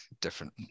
different